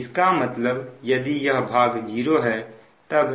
इसका मतलब यदि यह भाग '0' है तब